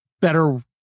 better